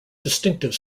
distinctive